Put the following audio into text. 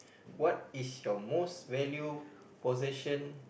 what is your most value possession